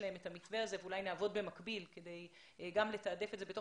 להם את המתווה הזה ואולי נעבוד במקביל כדי לתעדף את זה בתוך